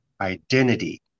identity